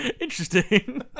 Interesting